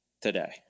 today